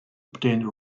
obtain